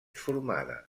formada